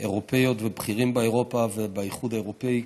אירופיות ובכירים באירופה ובאיחוד האירופי,